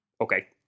Okay